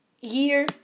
year